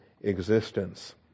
existence